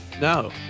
No